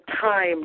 time